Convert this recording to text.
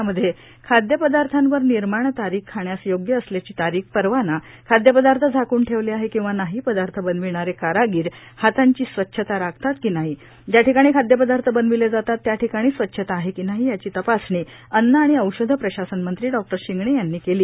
यामध्ये खाद्यपदार्थावर निर्माण तारीख खाण्यास योग्य असल्याची तारीख परवाना खाद्य पदार्थ झाकून ठेवले आहे किंवा नाही पदार्थ बनविणारे कारागीर हातांची स्वछता राखतात की नाही ज्या ठिकाणी खादय पदार्थ बनविले जातात त्याठिकाणी स्वच्छता आहे की नाही याची तपासणी अन्न व औषध प्रशासन मंत्री डॉ शिंगणे यांनी केली